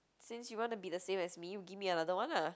since you wanna be the same as me you give me another one lah